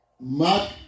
Mark